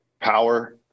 power